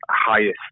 highest